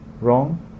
wrong